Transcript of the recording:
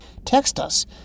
Textus